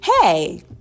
hey